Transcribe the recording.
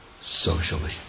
socially